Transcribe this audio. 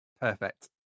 perfect